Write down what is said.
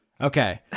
Okay